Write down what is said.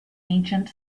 ancient